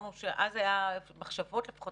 פעם היו מחשבות לפחות,